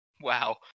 Wow